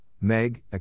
MEG